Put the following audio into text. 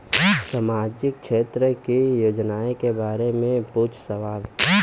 सामाजिक क्षेत्र की योजनाए के बारे में पूछ सवाल?